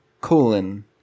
colon